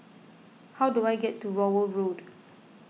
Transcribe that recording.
how do I get to Rowell Road